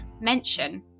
mention